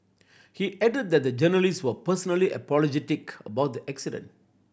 he added that the journalist were personally apologetic about the accident